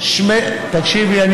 תקשיבי,